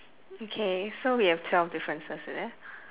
okay so we have twelve differences is it